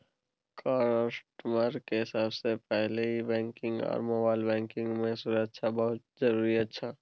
customer के सबसे पहला ई बैंकिंग आर मोबाइल बैंकिंग मां सुरक्षा बहुत जरूरी अच्छा